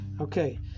Okay